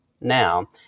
now